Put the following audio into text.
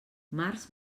març